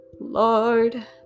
lord